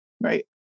right